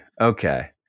Okay